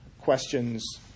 questions